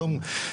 השאלה.